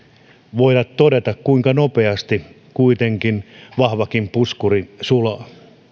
voi todeta kuinka nopeasti vahvakin puskuri sulaa